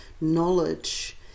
knowledge